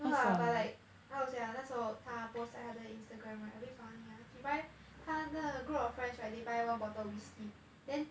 no lah but how to say ah 那时候她 post 在她的 Instagram right a bit funny ah she buy 她的 group of friends right they buy one bottle whisky then